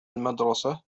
المدرسة